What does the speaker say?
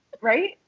Right